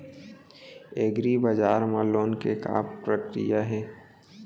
एग्रीबजार मा लोन के का प्रक्रिया हे?